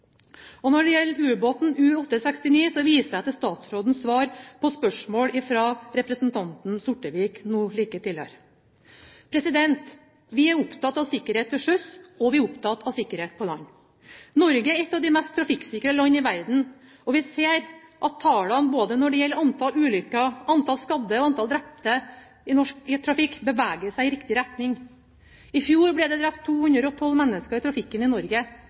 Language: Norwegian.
Når det gjelder ubåten U-864, viser jeg til statsrådens svar på spørsmål fra representanten Sortevik nå tidligere. Vi er opptatt av sikkerhet til sjøs, og vi er opptatt av sikkerhet på land. Norge er et av de mest trafikksikre land i verden, og vi ser at tallene både når det gjelder antall ulykker, antall skadde og antall drepte i norsk trafikk, beveger seg i riktig retning. I fjor ble det drept 212 mennesker i trafikken i Norge.